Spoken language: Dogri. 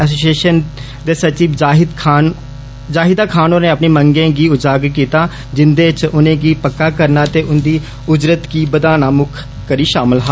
एसोसिएषन दी सचिव जाहिदा खान होरें अपनी मंगै गी उजागर कीता जिन्दे च उनेंगी पक्का करना ते उन्दी उजरत गी बदाना मुक्ख करी षामल ऐ